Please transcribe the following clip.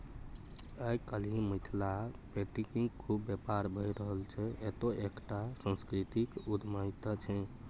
आय काल्हि मिथिला पेटिंगक खुब बेपार भए रहल छै इहो एकटा सांस्कृतिक उद्यमिता छै